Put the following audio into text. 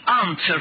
answer